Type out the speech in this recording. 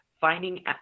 Finding